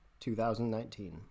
2019